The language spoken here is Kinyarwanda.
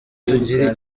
tugira